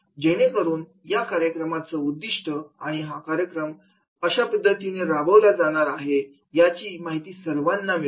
जेणेकरून या कार्यक्रमाचं उद्दिष्ट आणि हा कार्यक्रम कशा पद्धतीने राबवला जाणार आहे याची माहिती सर्वांना मिळेल